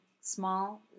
small